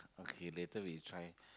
okay later we try